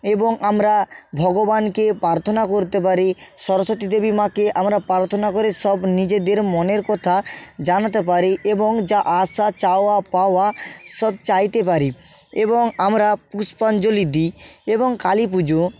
এবং আমরা ভগবানকে প্রার্থনা করতে পারি সরস্বতী দেবী মাকে আমরা প্রার্থনা করে সব নিজেদের মনের কথা জানাতে পারি এবং যা আশা চাওয়া পাওয়া সব চাইতে পারি এবং আমরা পুষ্পাঞ্জলি দিই এবং কালী পুজো